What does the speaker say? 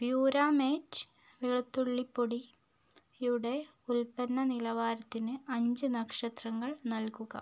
പ്യുരാമേറ്റ് വെളുത്തുള്ളിപ്പൊടിയുടെ ഉൽപ്പന്ന നിലവാരത്തിന് അഞ്ച് നക്ഷത്രങ്ങൾ നൽകുക